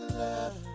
love